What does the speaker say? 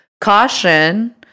caution